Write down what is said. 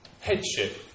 headship